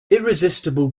irresistible